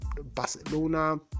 Barcelona